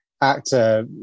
actor